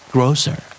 Grocer